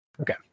Okay